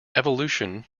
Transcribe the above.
evolution